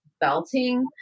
belting